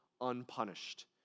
unpunished